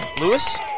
Lewis